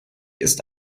ist